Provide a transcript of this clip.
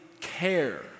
care